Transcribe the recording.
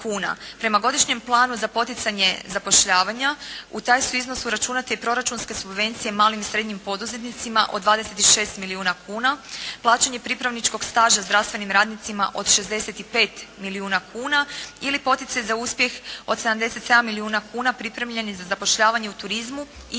Prema godišnjem planu za poticanje zapošljavanja u taj su iznos uračunate i proračunske subvencije malim i srednjim poduzetnicima od 26 milijuna kuna. Plaćanje pripravničkog staža zdravstvenim radnicima od 65 milijuna kuna ili poticaj za uspjeh od 77 milijuna kuna pripremljenih za zapošljavanje u turizmu i proširivanje